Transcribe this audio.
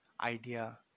idea